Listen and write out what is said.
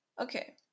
Okay